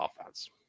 offense